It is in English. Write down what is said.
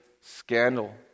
scandal